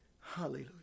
Hallelujah